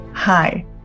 Hi